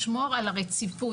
לשמור על הרציפות,